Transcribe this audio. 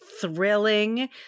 thrilling